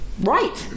right